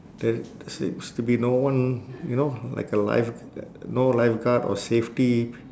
there seems to be no one you know like a lifeg~ no lifeguard or safety